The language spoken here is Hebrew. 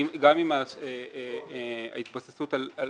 ההתבססות על